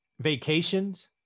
Vacations